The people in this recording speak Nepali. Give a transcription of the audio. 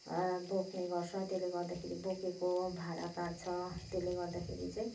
बोक्ने गर्छ त्यसले गर्दाखेरि बोकेको भाडा काट्छ त्यसले गर्दाखेरि चाहिँ